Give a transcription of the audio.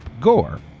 gore